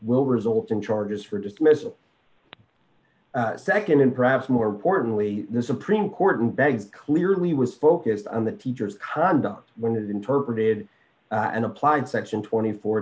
will result in charges for dismissal second and perhaps more importantly the supreme court and beg clearly was focused on the teacher's conduct when it interpreted and applied section twenty four